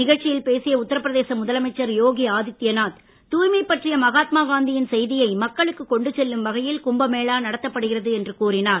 நிகழ்ச்சியில் பேசிய உத்தரபிரதேச முதலமைச்சர் யோகி ஆதித்யநாத் தூய்மை பற்றிய மகாத்மாகாந்தியின் செய்தியை மக்களுக்கு கொண்டு செல்லும் வகையில் கும்பமேளா நடத்தப்படுகிறது என்று கூறினார்